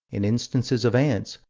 in instances of ants,